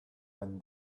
when